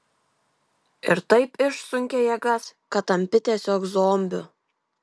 ir taip išsunkia jėgas kad tampi tiesiog zombiu